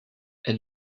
elle